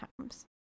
times